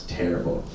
terrible